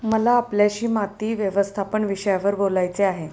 मला आपल्याशी माती व्यवस्थापन विषयावर बोलायचे आहे